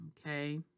Okay